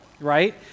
right